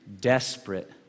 Desperate